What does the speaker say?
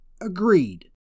Agreed